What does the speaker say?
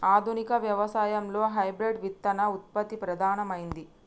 ఆధునిక వ్యవసాయం లో హైబ్రిడ్ విత్తన ఉత్పత్తి ప్రధానమైంది